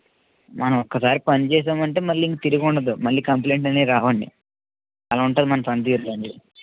మనం ఒక్కసారి పని చేసామంటే మళ్ళీ ఇంక తిరుగుండదు మళ్ళి కంప్లైంట్లనేవి రావండి అలా ఉంటుంది మన పని తీరు